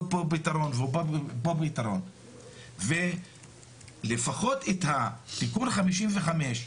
פה פתרון ופה פתרון - לפחות את תיקון 55,